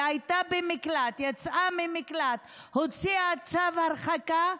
היה הייתה במקלט, יצאה ממקלט, הוציאה צו הרחקה,